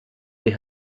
they